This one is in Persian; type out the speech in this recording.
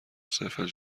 صرفا